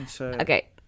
Okay